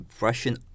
Russian